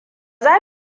za